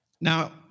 Now